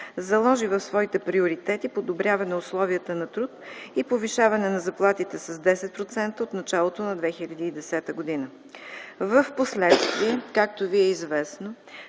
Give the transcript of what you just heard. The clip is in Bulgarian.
заложи в своите приоритети подобряване условията на труд и повишаване на заплатите с 10% от началото на 2010 г. Впоследствие, както Ви е известно,